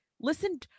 listen